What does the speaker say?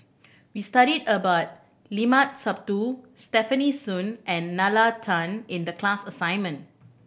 we study about Limat Sabtu Stefanie Sun and Nalla Tan in the class assignment